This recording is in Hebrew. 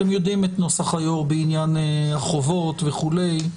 אתם יודעים את נוסח היו"ר בעניים החובות וכולי,